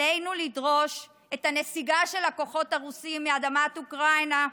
עלינו לדרוש את הנסיגה של הכוחות הרוסיים מאדמת אוקראינה.